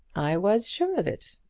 i was sure of it.